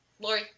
Lori